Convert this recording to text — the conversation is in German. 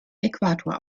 äquator